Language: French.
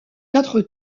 quatre